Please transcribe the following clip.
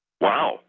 Wow